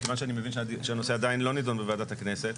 ומכיוון שאני מבין שהנושא עדיין לא נידון בוועדת הכנסת,